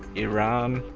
iran,